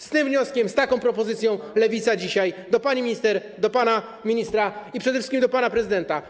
Z tym wnioskiem, z taką propozycją Lewica dzisiaj zwraca się do pani minister, do pana ministra i przede wszystkim do pana prezydenta.